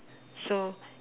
so